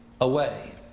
away